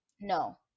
No